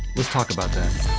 let's talk about that.